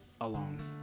alone